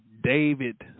David